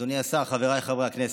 אדוני השר, חבריי חברי הכנסת,